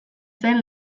zen